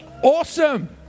awesome